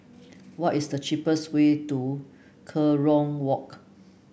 what is the cheapest way to Kerong Walk